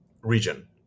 region